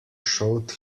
showed